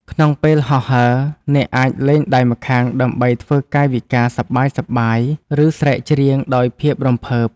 ក្នុងពេលហោះហើរ អ្នកអាចលែងដៃម្ខាងដើម្បីធ្វើកាយវិការសប្បាយៗ ឬស្រែកច្រៀងដោយភាពរំភើប។